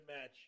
match